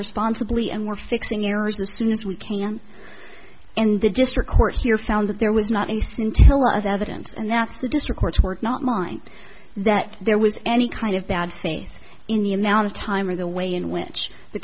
responsibly and we're fixing errors as soon as we can in the district court here found that there was not an intel of evidence and that's the district court's work not mine that there was any kind of bad faith in the amount of time or the way in which the